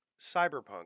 Cyberpunk